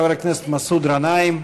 חבר הכנסת מסעוד גנאים,